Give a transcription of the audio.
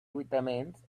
vitamins